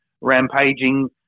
rampaging